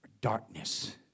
darkness